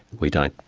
we don't,